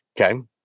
Okay